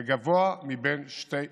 לגבוה מבין שתי השנים,